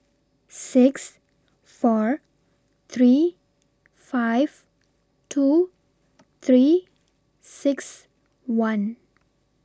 six four three five two three six one